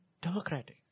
Democratic